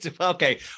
Okay